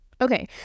Okay